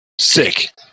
sick